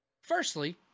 Firstly